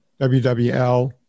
WWL